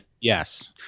yes